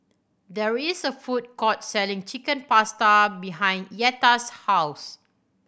there is a food court selling Chicken Pasta behind Yetta's house